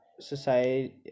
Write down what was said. society